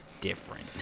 different